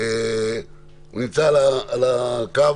נמצא על הקו